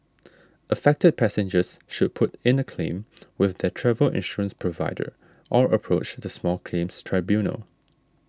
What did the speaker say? affected passengers should put in a claim with their travel insurance provider or approach the small claims tribunal